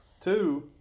Two